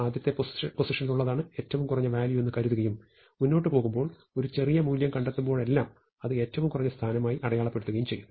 ആദ്യത്തെ പൊസിഷനിലുള്ളതാണ് ഏറ്റവും കുറഞ്ഞ വാല്യൂ എന്ന് കരുതുകയും മുന്നോട്ടുപോകുമ്പോൾ ഒരു ചെറിയ മൂല്യം കണ്ടെത്തുമ്പോഴെല്ലാം അത് ഏറ്റവും കുറഞ്ഞ സ്ഥാനമായി അടയാളപ്പെടുത്തുകയും ചെയ്യുന്നു